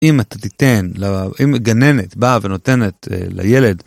אם את תיתן, אם גננת, באה ונותנת לילד